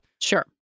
Sure